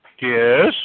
Yes